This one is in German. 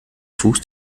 fuß